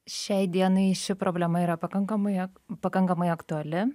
šiai dienai ši problema yra pakankamai ak pakankamai aktuali